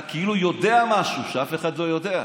אתה כאילו יודע משהו שאף אחד לא יודע.